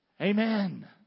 Amen